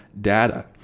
data